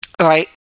Right